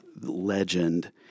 legend